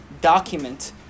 document